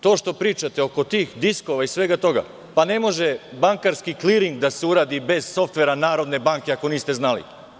To što pričate, oko tih diskova i svega toga, ne može bankarski kliring da se uradi bez softvera Narodne banke, ako niste znali.